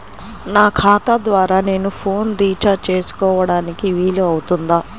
నా ఖాతా ద్వారా నేను ఫోన్ రీఛార్జ్ చేసుకోవడానికి వీలు అవుతుందా?